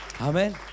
Amen